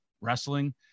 wrestling